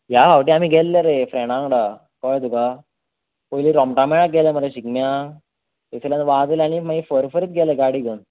ह्या फावटीं आमी गेल्ले रे फ्रँडा वांगडा कळ्ळें तुका पयलीं रंभामेळाक गेले मरे शिगम्याक मागीर फरफरीत गेले गाडी घेवन